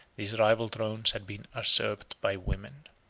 these rival thrones had been usurped by women.